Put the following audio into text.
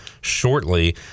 shortly